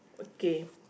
K